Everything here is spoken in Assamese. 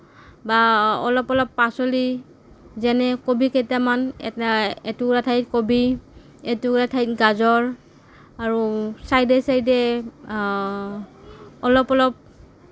বা অলপ অলপ পাচলি যেনে কবি কেইটামান এটা এটুকুৰা ঠাইত কবি এটুকুৰা ঠাইত গাজৰ আৰু চাইডে চাইডে অলপ অলপ